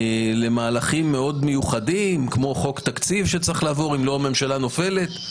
למהלכים מאוד מיוחדים כמו חוק תקציב שצריך לעבור ואם לא הממשלה נופלת.